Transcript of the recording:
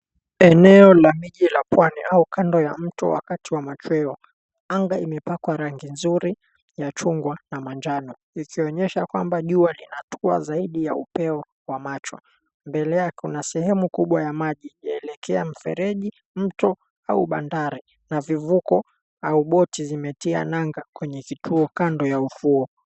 Eneo la mji la Pwani au kando ya mto wakati wa macheo. Anga imepakwa rangi nzuri ya chungwa na manjano. Ikionyesha kwamba jua linatua zaidi ya upeo wa macho. Mbele yake kuna sehemu kubwa ya maji yaelekea mfereji, mto au bandari na vivuko au boti zimetia nanga kwenye kituo kando ya ufuo.